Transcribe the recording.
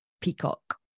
peacock